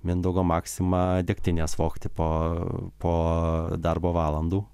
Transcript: mindaugo maksimą degtinės vogti po po darbo valandų